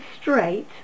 straight